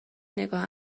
نگاه